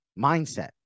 mindset